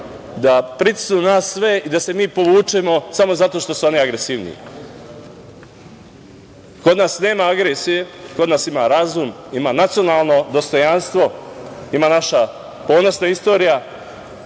da pritisnu sve nas i da se mi povučemo, zato što su oni agresivniji. Kod nas nema agresije, kod nas ima razum, ima nacionalno dostojanstvo, ima naša ponosna istorija,